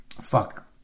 fuck